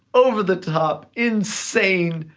over the top, insane,